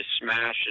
smash